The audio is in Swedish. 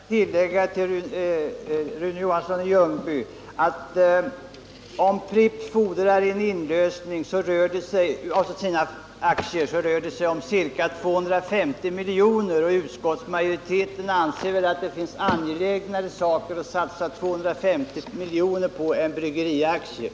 Herr talman! Jag vill bara till vad jag sade till Rune Johansson i Ljungby tillägga att om Pripps fordrar inlösning av sina aktier, rör det sig om ett belopp på ca 250 milj.kr. Utskottsmajoriteten anser förmodligen att det finns mer angelägna saker att satsa 250 milj.kr. på än bryggeriaktier.